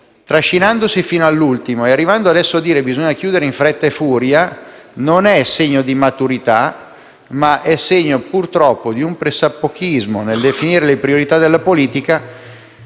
anni, trascinandosi fino all'ultimo e arrivando adesso a dire che bisogna chiudere in fretta e furia, non è segno di maturità ma, purtroppo, è segno di un pressapochismo nel definire le priorità della politica